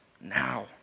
now